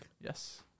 Yes